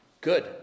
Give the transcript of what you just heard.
good